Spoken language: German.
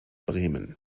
bremen